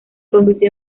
convirtió